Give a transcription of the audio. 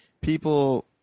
people